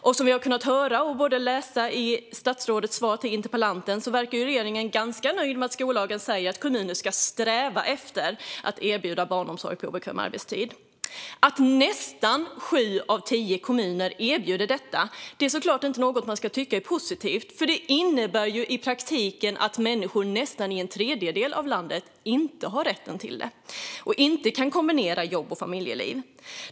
Och som vi hörde i statsrådets svar till interpellanten verkar regeringen ganska nöjd med att skollagen säger att kommuner ska sträva efter att erbjuda barnomsorg på obekväm arbetstid. Att nästan sju av tio kommuner erbjuder detta är såklart inte något som man ska tycka är positivt eftersom det i praktiken innebär att människor i nästan en tredjedel av landet inte har rätt till detta och inte kan kombinera jobb och familjeliv.